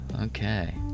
Okay